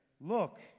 Look